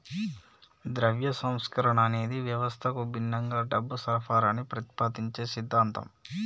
ద్రవ్య సంస్కరణ అనేది వ్యవస్థకు భిన్నంగా డబ్బు సరఫరాని ప్రతిపాదించే సిద్ధాంతం